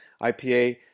IPA